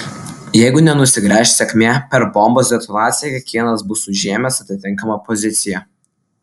jeigu nenusigręš sėkmė per bombos detonaciją kiekvienas bus užėmęs atitinkamą poziciją